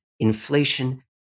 inflation